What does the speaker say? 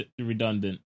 redundant